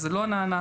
זה לא נענה.